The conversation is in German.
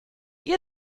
ihr